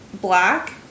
black